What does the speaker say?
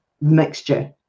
mixture